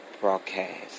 Broadcast